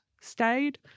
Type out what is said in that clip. stayed